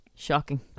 Shocking